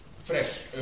fresh